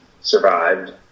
survived